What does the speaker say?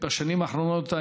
בשנים האחרונות,